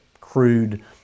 crude